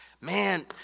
Man